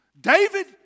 David